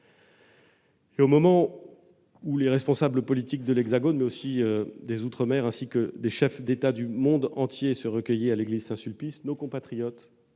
au moment où les responsables politiques de l'Hexagone et des outre-mer, avec des chefs d'État du monde entier, se recueillaient en l'église Saint-Sulpice, nos compatriotes